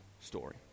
story